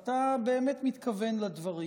אתה באמת מתכוון לדברים,